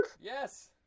Yes